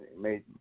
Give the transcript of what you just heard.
made